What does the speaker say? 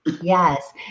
Yes